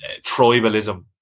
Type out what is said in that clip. tribalism